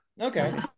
Okay